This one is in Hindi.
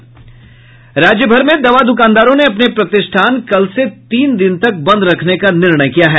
राज्य भर मे दवा दुकानदारों ने अपने प्रतिष्ठान कल से तीन दिन तक बन्द रखने का निर्णय किया है